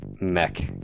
Mech